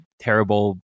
terrible